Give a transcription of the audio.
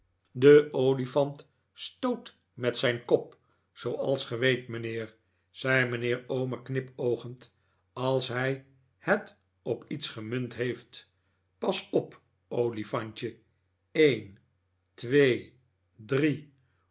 de olifant staot met zijn kop zooals ge weet mijnheer zei mijnheer omer knipoogend als hij het op iets gemunt heeft pas op olifantje een twee drie